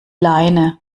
leine